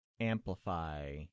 amplify